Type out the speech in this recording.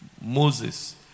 Moses